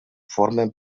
formen